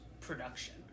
production